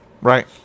Right